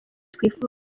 twifuza